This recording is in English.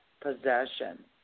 possession